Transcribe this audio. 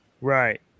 Right